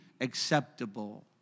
acceptable